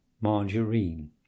margarine